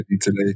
today